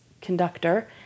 conductor